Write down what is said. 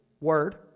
word